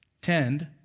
tend